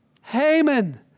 Haman